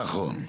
נכון.